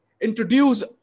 introduce